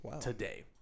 today